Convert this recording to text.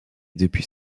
depuis